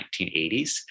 1980s